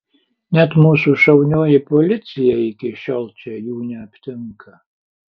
net mūsų šaunioji policija iki šiol čia jų neaptinka